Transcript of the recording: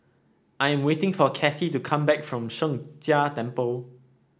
I am waiting for Kassie to come back from Sheng Jia Temple